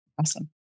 Awesome